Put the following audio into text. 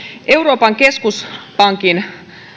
euroopan keskuspankin